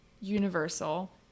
Universal